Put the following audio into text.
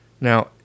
Now